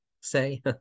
say